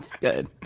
Good